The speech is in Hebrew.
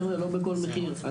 חבר'ה לא בכל מחיר,